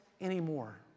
anymore